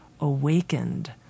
awakened